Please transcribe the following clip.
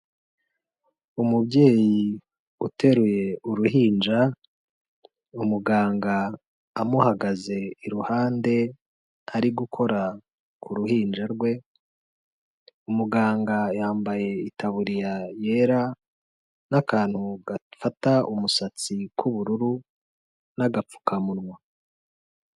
Umubyeyi uteruye uruhinja, umuganga amuhagaze iruhande ari gukora ku ruhinja rwe, umuganga yambaye itaburiya yera n'akantu gafata umusatsi k'ubururu n'agapfukamunwa.